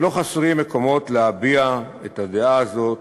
ולא חסרים מקומות להביע את הדעה הזאת,